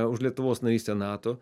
už lietuvos narystę nato